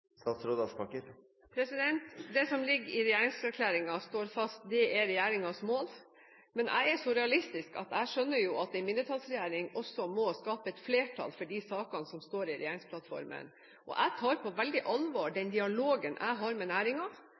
Det som ligger i regjeringserklæringen, står fast. Det er regjeringens mål. Men jeg er så realistisk at jeg skjønner at en mindretallsregjering også må skape et flertall for de sakene som står i regjeringsplattformen. Jeg tar veldig på alvor den dialogen jeg har med